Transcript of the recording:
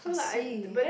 I see